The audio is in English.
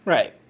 Right